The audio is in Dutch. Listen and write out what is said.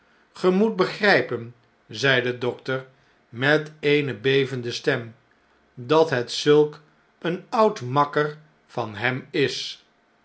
ge moet begrijpen zei de dokter met eene bevende stem dat het zulk een oud makker van hem is